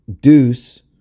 deuce